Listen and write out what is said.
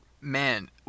Man